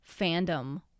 fandom